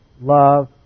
love